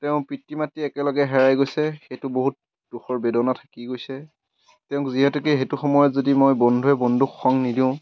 তেওঁৰ পিতৃ মাতৃ একেলগে হেৰাই গৈছে সেইটো বহুত দুখৰ বেদনা থাকি গৈছে তেওঁক যিহেতুকে সেইটো সময়ত যদি মই বন্ধুৱে বন্ধুক সংগ নিদিওঁ